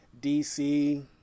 dc